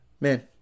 Man